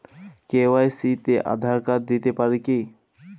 KYC তে Aadhaar card দিতে পারি কি?